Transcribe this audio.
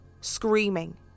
screaming